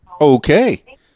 Okay